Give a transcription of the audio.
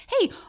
hey